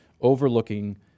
overlooking